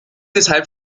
deshalb